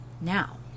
Now